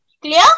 Clear